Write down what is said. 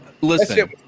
listen